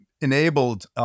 enabled